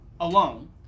alone